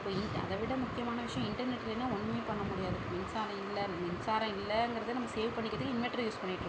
இப்போ இ அதை விட முக்கியமான விஷயம் இண்டர்நெட் இல்லைன்னா ஒன்றுமே பண்ண முடியாது இப்போ மின்சாரம் இல்லை மின்சாரம் இல்லைங்கறத நம்ம சேவ் பண்ணிக்கிறதுக்கு இன்வெர்ட்டர யூஸ் பண்ணிட்டுருக்கோம்